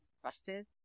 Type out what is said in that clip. trusted